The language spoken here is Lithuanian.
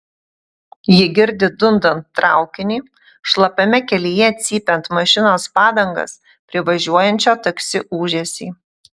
ji girdi dundant traukinį šlapiame kelyje cypiant mašinos padangas privažiuojančio taksi ūžesį